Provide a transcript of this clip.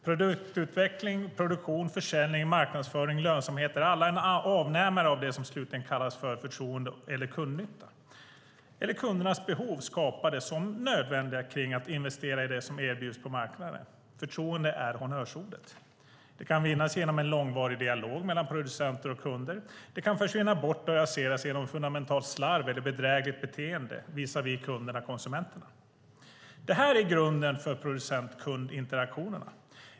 Produktutveckling, produktion, försäljning, marknadsföring och lönsamhet är alla avnämare av det som slutligen kallas förtroende eller kundnytta eller kundernas behov skapade som nödvändiga kring att investera i det som erbjuds på marknaden. Förtroende är honnörsordet. Det kan vinnas genom en långvarig dialog mellan producenter och kunder. Det kan försvinna bort och raseras genom fundamentalt slarv eller bedrägligt beteende visavi kunderna-konsumenterna. Detta är grunden för producent-kund-interaktionerna.